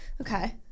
Okay